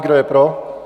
Kdo je pro?